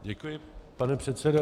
Děkuji, pane předsedo.